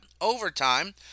overtime